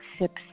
sips